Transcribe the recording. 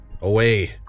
Away